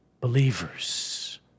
believers